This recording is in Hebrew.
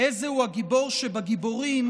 "איזהו הגיבור שבגיבורים?